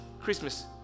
Christmas